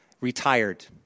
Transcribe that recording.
retired